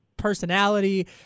Personality